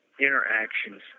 interactions